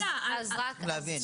אנחנו רוצים להבין.